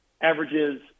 averages